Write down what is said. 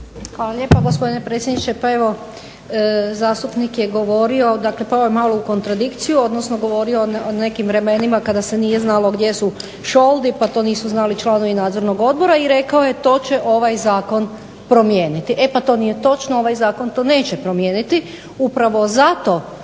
Hvala lijepa gospodine predsjedniče. Pa evo, zastupnik je govorio, pao je malo u kontradikciju, govorio je o nekim vremenima kada se nije znalo gdje su šoldi, pa to nisu znali članovi Nadzornog odbora i rekao je to će ovaj Prijedlog zakona promijeniti. E pa to nije točno. Ovaj Zakon to neće promijeniti upravo zato